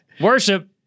worship